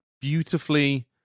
beautifully